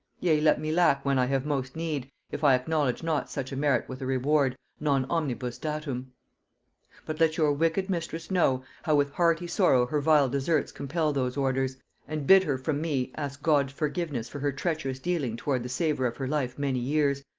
yea, let me lack when i have most need, if i acknowledge not such a merit with a reward non omnibus datum but let your wicked mistress know, how with hearty sorrow her vile deserts compel those orders and bid her from me ask god forgiveness for her treacherous dealing toward the saver of her life many years,